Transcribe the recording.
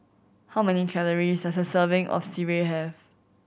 how many calories does a serving of sireh have